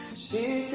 z